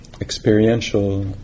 experiential